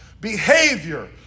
Behavior